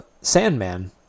Sandman